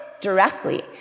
directly